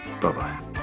Bye-bye